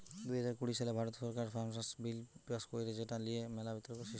দুই হাজার কুড়ি সালে ভারত সরকার ফার্মার্স বিল পাস্ কইরে যেটা নিয়ে মেলা বিতর্ক সৃষ্টি হতিছে